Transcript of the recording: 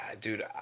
Dude